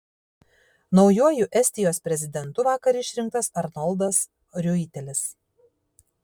naujuoju estijos prezidentu vakar išrinktas arnoldas riuitelis